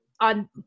on